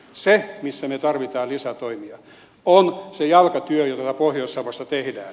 se missä me tarvitsemme lisätoimia on se jalkatyö jota pohjois savossa tehdään